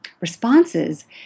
responses